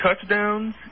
touchdowns